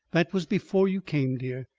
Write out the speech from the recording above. that was before you came, dear.